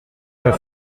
cinq